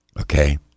Okay